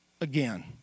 again